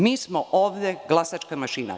Mi smo ovde glasačka mašina.